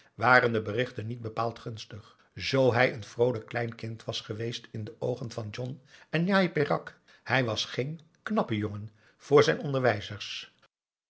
waren de berichten niet bepaald gunstig zoo hij een vroolijk klein kind was geweest in de oogen van john en njai peraq hij was geen knappe jongen voor zijn onderwijzers